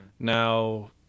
Now